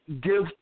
give